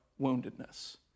woundedness